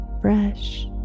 fresh